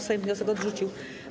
Sejm wniosek odrzucił.